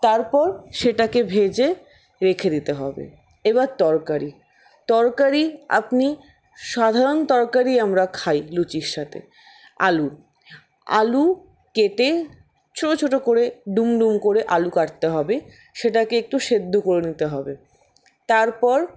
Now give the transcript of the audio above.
তারপর সেটাকে ভেজে রেখে দিতে হবে এবার তরকারি তরকারি আপনি সাধারণ তরকারি আমরা খাই লুচির সাথে আলু আলু কেটে ছোটো ছোটো করে ডুম ডুম করে আলু কাটতে হবে সেটাকে একটু সেদ্ধ করে নিতে হবে তারপর